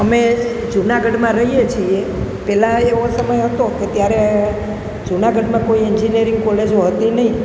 અમે જુનાગઢમાં રહીએ છીએ પેલા એવો સમય હતો કે ત્યારે જુનાગઢમાં કોઈ એન્જિન્યરિંગ કોલેજો હતી નહીં